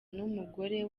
n’umugore